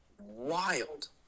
Wild